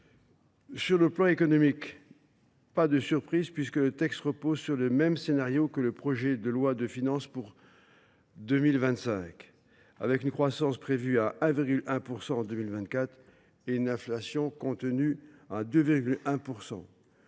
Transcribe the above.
le texte ne contient aucune surprise, puisqu’il repose sur le même scénario que le projet de loi de finances pour 2025 : une croissance prévue à 1,1 % en 2024 et une inflation contenue à 2,1 %.